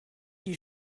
die